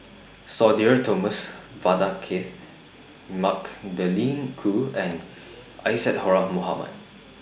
Sudhir Thomas Vadaketh Magdalene Khoo and Isadhora Mohamed